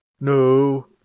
no